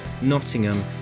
Nottingham